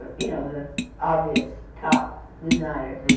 you know, the obvious, top designers,